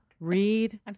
Read